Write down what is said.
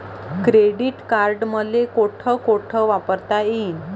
Credit card मले कोठ कोठ वापरता येईन?